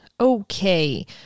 Okay